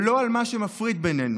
ולא על מה שמפריד בינינו,